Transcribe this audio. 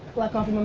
black coffee,